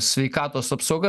sveikatos apsauga